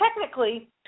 technically